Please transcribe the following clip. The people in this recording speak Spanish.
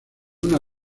una